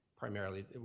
primarily